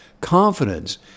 confidence